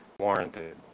warranted